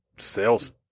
Sales